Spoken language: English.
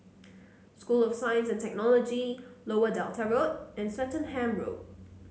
School of Science and Technology Lower Delta Road and Swettenham Road